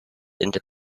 into